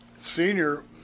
Senior